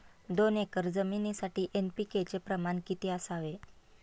दोन एकर जमीनीसाठी एन.पी.के चे प्रमाण किती असावे?